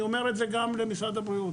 אומרת את זה גם פה לוועדה ולמשרד הבריאות.